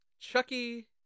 Chucky